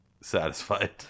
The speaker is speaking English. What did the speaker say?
satisfied